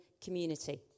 community